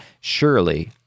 Surely